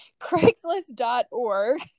Craigslist.org